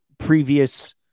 previous